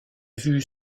vues